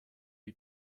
you